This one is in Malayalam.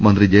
മന്ത്രി ജെ